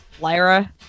Lyra